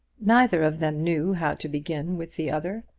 neither of them knew how to begin with the other.